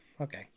Okay